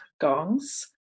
gongs